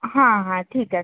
হ্যাঁ হ্যাঁ ঠিক আছে